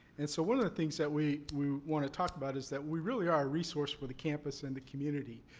and, so, one of the things that we we want to talk about is that we really are a resource for the campus and the community.